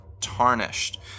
Tarnished